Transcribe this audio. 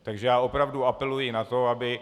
Takže já opravdu apeluji na to, aby...